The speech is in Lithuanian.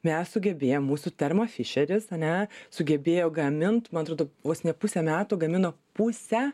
mes sugebėjom mūsų termo fišeris ane sugebėjo gamint man atrodo vos ne pusę metų gamino pusę